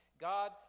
God